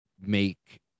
make